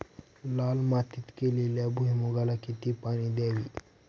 लाल मातीत केलेल्या भुईमूगाला किती पाणी द्यावे?